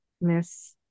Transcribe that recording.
Miss